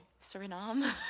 Suriname